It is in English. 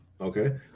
Okay